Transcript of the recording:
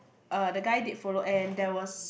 uh the guy did follow and there was